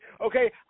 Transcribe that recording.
Okay